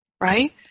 right